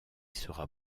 sera